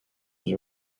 was